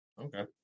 Okay